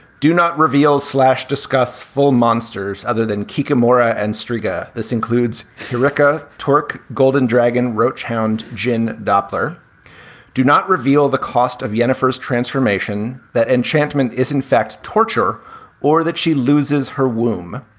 do not reveal slash discuss full monsters other than kicking moora and strigoi. ah this includes sirica talk golden dragon roach hound jin doppler do not reveal the cost of jennifers transformation. that enchantment is in fact torture or that she loses her womb.